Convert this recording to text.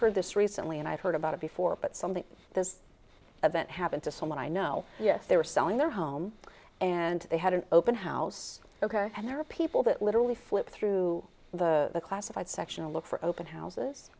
heard this recently and i've heard about it before but something this event happened to someone i know yes they were selling their home and they had an open house ok and there are people that literally flip through the classified section and look for open houses